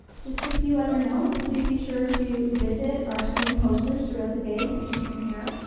just a few other notes. please be sure to visit our student posters throughout the day. you can see them here,